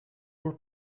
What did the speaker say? were